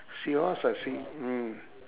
sea horse or sea mm